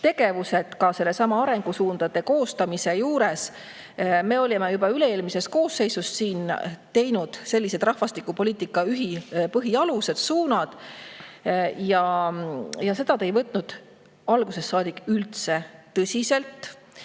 tegevused, ka sellesama arengusuundade koostamise juures. Me üle-eelmises koosseisus olime siin teinud sellised rahvastikupoliitika põhialused, suunad. Neid te ei võtnud algusest peale üldse tõsiselt.